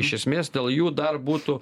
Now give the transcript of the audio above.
iš esmės dėl jų dar būtų